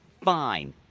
fine